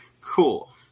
cool